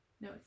No